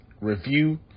review